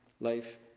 life